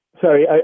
Sorry